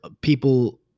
people